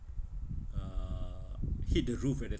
uh hit the roof at that